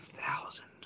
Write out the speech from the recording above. thousand